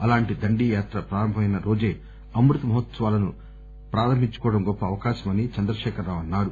అలాంటి దండి యాత్ర ప్రారంభం అయిన రోజే అమృత్ మహోత్సవాలను ప్రారంభించుకోవటం గొప్ప అవకాశం అని అన్సారు